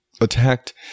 attacked